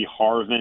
Harvin